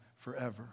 forever